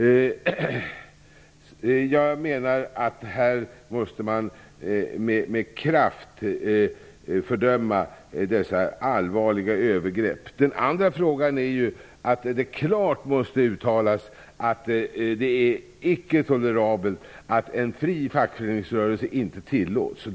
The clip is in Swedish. Man måste med kraft fördöma dessa allvarliga övergrepp. Vidare måste det klart uttalas att det inte är tolerabelt att en fri fackföreningsrörelse inte tillåts.